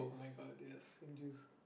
oh-my-god they have same juice